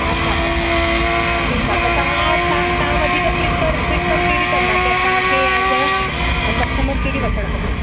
अच्छा अच्छा ठीकु आहे त तव्हां अच्छा तव्हां वधीक प्रिफर प्रिफर कहिड़ी कंदा की असांखे एस अ कस्टमर कहिड़ी वठणु खपे